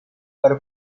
far